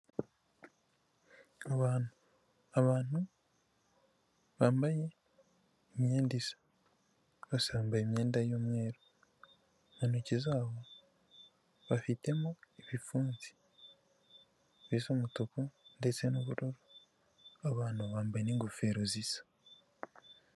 Abantu, abantu bambaye imyenda isa, bose bambaye imyenda y'umweru, mu ntoki zabo ba bafitemo ibipfunsi bisa umutuku ndetse n'ubururu, abantu bambaye n'ingofero zisa.